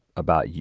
about, yeah